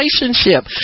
relationship